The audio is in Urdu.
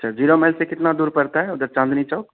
اچھا ج زیرو مائل سے کتنا دور پتا ہے اد چاندنی چوک